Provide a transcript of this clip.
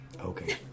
Okay